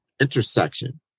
intersection